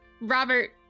Robert